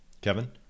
Kevin